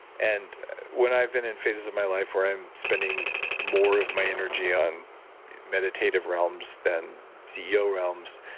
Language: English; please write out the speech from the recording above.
and when i've been in phases of my life where i'm spending more of my energy on meditative realms than ceo realms,